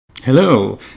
hello